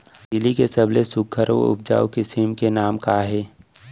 तिलि के सबले सुघ्घर अऊ उपजाऊ किसिम के नाम का हे?